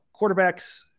quarterbacks